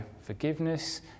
forgiveness